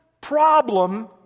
problem